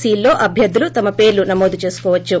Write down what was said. C ల్లో అభ్యర్థులు తమ పేర్లు నమోదు చేసుకోవచ్చు